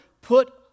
put